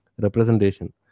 representation